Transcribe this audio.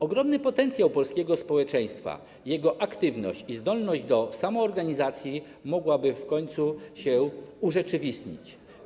Ogromny potencjał polskiego rolnictwa, jego aktywność i zdolność do samoorganizacji mogłyby w końcu się urzeczywistnić.